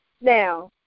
Now